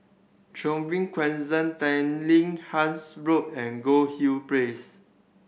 Trevose Crescent Tanglin Halts Road and Goldhill Place